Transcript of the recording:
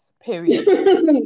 Period